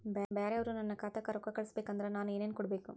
ಬ್ಯಾರೆ ಅವರು ನನ್ನ ಖಾತಾಕ್ಕ ರೊಕ್ಕಾ ಕಳಿಸಬೇಕು ಅಂದ್ರ ನನ್ನ ಏನೇನು ಕೊಡಬೇಕು?